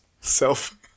self